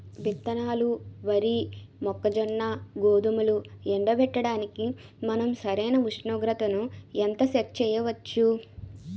విత్తనాలు వరి, మొక్కజొన్న, గోధుమలు ఎండబెట్టడానికి మనం సరైన ఉష్ణోగ్రతను ఎంత సెట్ చేయవచ్చు?